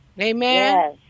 Amen